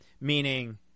meaning